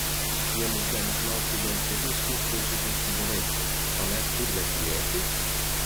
jie mus gali smaugti dėl kelių sunkvežimių cigarečių o mes turime tylėti